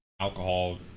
alcohol